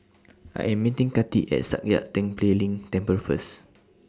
I Am meeting Kati At Sakya Tenphel Ling Temple First